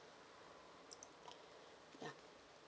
yeah